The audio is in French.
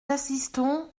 assistons